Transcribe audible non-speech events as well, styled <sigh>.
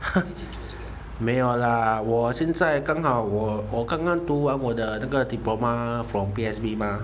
<noise> 没有啦我现在刚好我刚刚读完我的那个 diploma mah from P_S_B mah